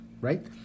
right